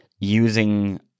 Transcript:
using